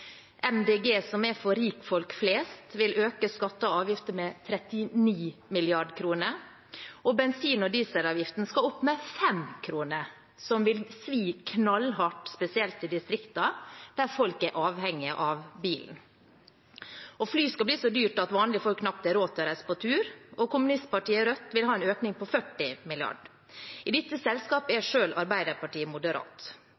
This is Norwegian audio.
som er for rikfolk flest, vil øke skatter og avgifter med 39 mrd. kr, og bensin- og dieselavgiften skal opp med 5 kr, noe som vil svi knallhardt, spesielt i distriktene, der folk er avhengige av bilen. Å fly skal bli så dyrt at vanlige folk knapt har råd til å reise på tur, og kommunistpartiet Rødt vil ha en økning på 40 mrd. kr. I dette selskapet